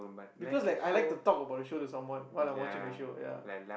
because like I like to talk about the show to someone while I'm watching the show ya